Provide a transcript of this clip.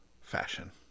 fashion